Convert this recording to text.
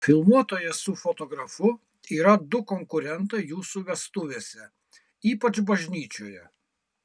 filmuotojas su fotografu yra du konkurentai jūsų vestuvėse ypač bažnyčioje